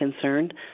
concerned